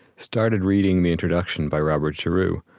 started reading the introduction by robert giroux,